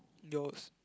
yours